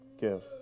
give